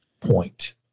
point